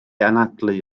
anadlu